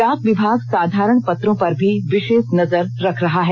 डाक विभाग साधारण पत्रों पर भी विषेष नजर रख रहा है